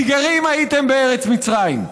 כי גרים הייתם בארץ מצרים.